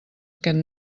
aquest